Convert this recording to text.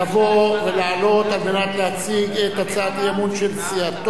ולעלות להציג את הצעת האי-אמון של סיעתו,